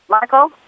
Michael